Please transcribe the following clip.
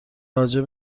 راجع